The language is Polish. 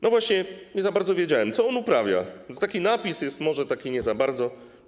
No właśnie nie za bardzo wiedziałem, co on uprawia, tu taki napis jest może taki nie za bardzo.